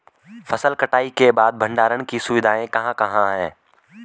फसल कटाई के बाद भंडारण की सुविधाएं कहाँ कहाँ हैं?